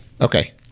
Okay